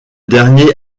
dernier